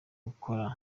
ukora